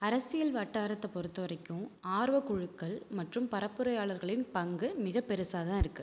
அரசியல் வட்டாரத்தை பொறுத்தவரைக்கும் ஆர்வக் குழுக்கள் மற்றும் பரப்புரையாளர்களின் பங்கு மிகப்பெருசாக தான் இருக்கு